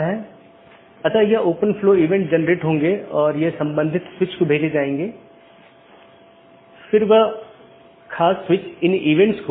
दूसरा अच्छी तरह से ज्ञात विवेकाधीन एट्रिब्यूट है यह विशेषता सभी BGP कार्यान्वयन द्वारा मान्यता प्राप्त होनी चाहिए